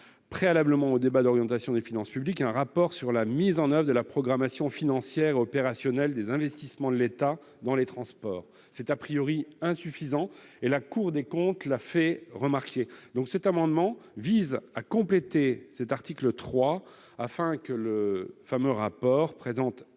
préalablement au débat d'orientation des finances publiques, un rapport sur la mise en oeuvre de la programmation financière et opérationnelle des investissements de l'État dans les transports., ce rapport est insuffisant, et la Cour des comptes l'a fait remarquer. Cet amendement vise à compléter ledit article, afin que le fameux rapport présente